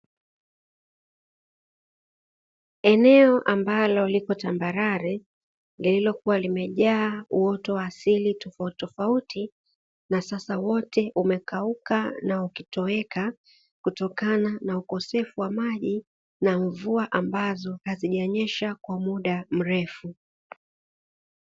Eneo mbalo lipo tambarare lililokuwa limejaa uoto wa asili tofauti tofauti, na sasa wote umekauka na ukitoweka kutokana na ukosefu wa maji na mvua ambazo hazijanyesha kwa muda mrefu.